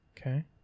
Okay